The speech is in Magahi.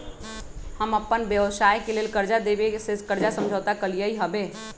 हम अप्पन व्यवसाय के लेल कर्जा देबे से कर्जा समझौता कलियइ हबे